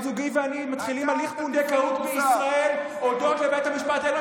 בן זוגי ואני מתחילים הליך פונדקאות בישראל הודות לבית המשפט העליון,